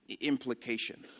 implication